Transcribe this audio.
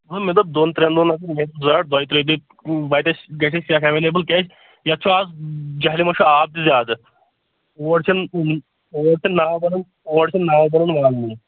مےٚ دوٚپ دۄن ترٛٮ۪ن دۄہَن ہَسا نیرِ زَڈ دۄیہِ ترٛیہِ دُہۍ واتہِ اَسہِ گژھِ اَسہِ سیٚکھ اٮ۪ولیبٕل کیٛازِ یَتھ چھُ اآز جَہلِمَس چھُ آب تہِ زیادٕ اوڑ چھَنہٕ کٕہٕنۍ اوڑ چھَنہٕ ناو بَنَن اوڑ چھَنہٕ ناو بَنَن والنٕے